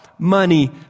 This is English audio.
money